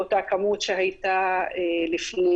באותה כמות שהייתה לפני.